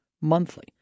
monthly